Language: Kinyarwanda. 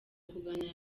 kuganira